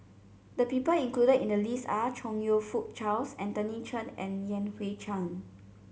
the people included in the list are Chong You Fook Charles Anthony Chen and Yan Hui Chang